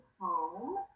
home